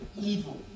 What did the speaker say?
evil